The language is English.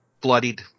Bloodied